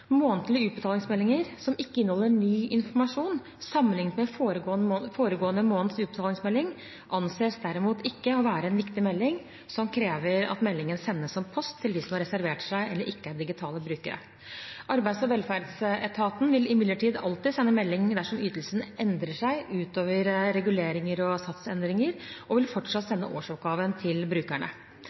Månedlige utbetalingsmeldinger som ikke inneholder ny informasjon sammenliknet med foregående måneds utbetalingsmelding, anses derimot ikke å være en viktig melding som krever at meldingen sendes som post til dem som har reservert seg eller ikke er digitale brukere. Arbeids- og velferdsetaten vil imidlertid alltid sende melding dersom ytelsen endrer seg utover reguleringer og satsendringer, og vil fortsatt sende årsoppgaven til brukerne.